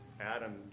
Adam